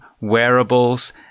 wearables